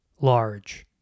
large